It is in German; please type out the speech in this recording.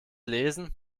lesen